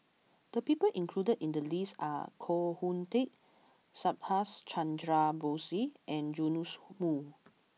the people included in the list are Koh Hoon Teck Subhas Chandra Bose and Joash Moo